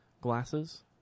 glasses